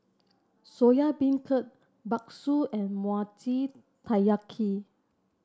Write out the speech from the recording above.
Soya Beancurd bakso and Mochi Taiyaki